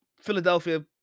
Philadelphia